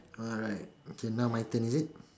alright okay now my turn is it